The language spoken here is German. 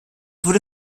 wurde